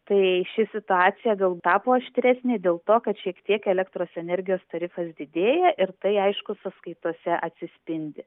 tai ši situacija gal tapo aštresni dėl to kad šiek tiek elektros energijos tarifas didėja ir tai aišku sąskaitose atsispindi